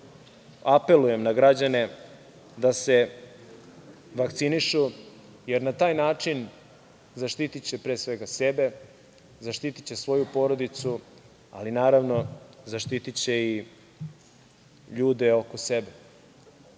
apelujem na građane da se vakcinišu, jer na taj način zaštitiće pre svega sebe, zaštitiće svoju porodicu, ali naravno zaštitiće i ljude oko sebe,